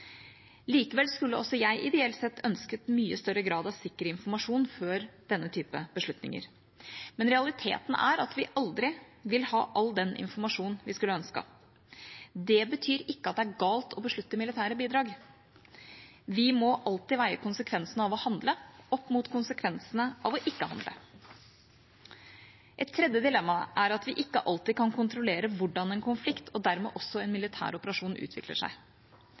Likevel skulle også jeg ideelt sett ønsket mye større grad av sikker informasjon før denne type beslutninger. Men realiteten er at vi aldri vil ha all den informasjonen vi skulle ønsket. Det betyr ikke at det er galt å beslutte militære bidrag. Vi må alltid veie konsekvensene av å handle opp mot konsekvensene av å ikke handle. Et tredje dilemma er at vi ikke alltid kan kontrollere hvordan en konflikt, og dermed også en militær operasjon, utvikler seg. Vi har tidligere sett at militære operasjoner kan utvikle seg